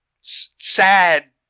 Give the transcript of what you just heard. sad